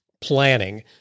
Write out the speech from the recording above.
Planning